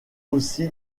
aussi